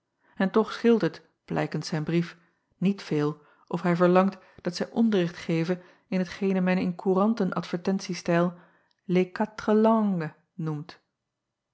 en toch scheelt het blijkens zijn brief niet veel of hij verlangt dat zij onderricht geve in t gene men in courantenadvertentiestijl les quatre langues noemt